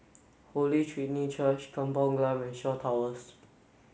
Holy Trinity Church Kampung Glam and Shaw Towers